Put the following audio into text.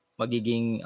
magiging